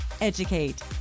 Educate